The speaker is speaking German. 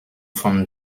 von